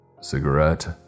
Cigarette